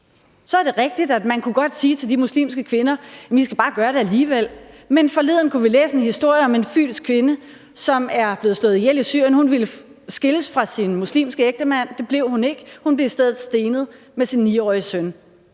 Så er det rigtigt, at man godt kunne sige til de muslimske kvinder: I skal bare gøre det alligevel. Men forleden kunne vi læse en historie om en fynsk kvinde, som er blevet slået ihjel i Syrien. Hun ville skilles fra sin muslimske ægtemand. Det blev hun ikke; hun blev i stedet stenet med sin 9-årige søn.